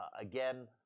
Again